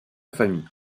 famille